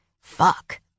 Fuck